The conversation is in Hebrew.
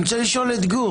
אני רוצה לשאול את גור.